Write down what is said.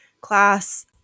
class